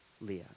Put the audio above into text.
Leah